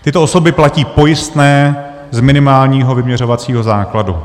Tyto osoby platí pojistné z minimálního vyměřovacího základu.